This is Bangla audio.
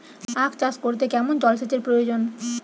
আখ চাষ করতে কেমন জলসেচের প্রয়োজন?